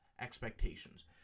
expectations